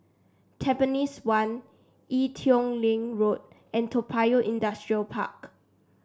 Tampines one Ee Teow Leng Road and Toa Payoh Industrial Park